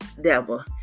devil